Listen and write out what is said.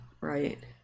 right